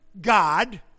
God